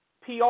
PR